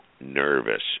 nervous